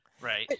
Right